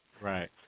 Right